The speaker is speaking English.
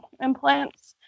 implants